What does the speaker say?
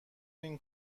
این